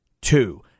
two